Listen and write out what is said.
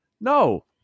No